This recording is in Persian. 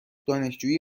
دانشجوی